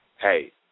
hey